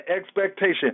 expectation